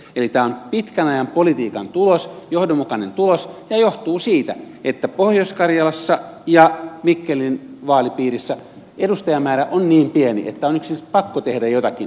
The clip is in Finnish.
eli tämä on pitkän ajan politiikan tulos johdonmukainen tulos ja johtuu sitä että pohjois karjalassa ja mikkelin vaalipiirissä edustajamäärä on niin pieni että on yksinkertaisesti pakko tehdä jotakin